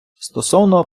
стосовно